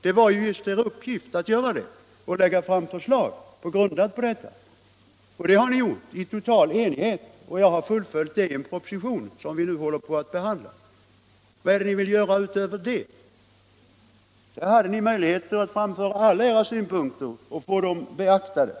Det var ju just dess uppgift att göra detta och att lägga fram förslag på grundval härav. Det har ni också gjort i total enighet, och jag har fullföljt förslagen i en proposition som vi just nu håller på att behandla. Vad är det ni vill göra utöver det? I utredningen hade ni möjligheter att framföra alla era synpunkter och få dem beaktade.